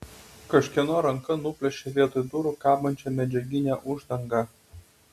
kažkieno ranka nuplėšė vietoj durų kabančią medžiaginę uždangą